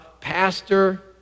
pastor